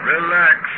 Relax